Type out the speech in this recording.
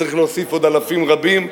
צריך להוסיף עוד אלפים רבים,